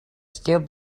still